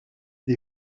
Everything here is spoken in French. des